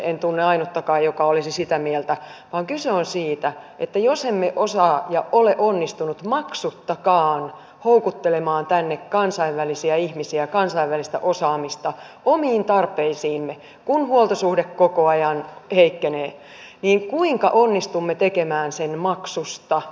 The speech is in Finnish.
en tunne ainuttakaan joka olisi sitä mieltä vaan kyse on siitä että jos emme osaa ja ole onnistuneet maksuttakaan houkuttelemaan tänne kansainvälisiä ihmisiä kansainvälistä osaamista omiin tarpeisiimme kun huoltosuhde koko ajan heikkenee niin kuinka onnistumme tekemään sen maksusta